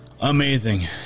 Amazing